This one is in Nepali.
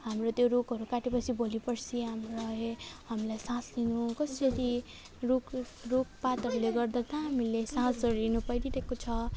हाम्रो त्यो रुखहरू काटेपछि भोलि पर्सि हामीलाई हामीलाई सास लिनु कसरी रुख रुखपातहरूले गर्दा त हामीले सासहरू लिनु परिहेको छ